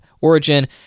origin